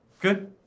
Good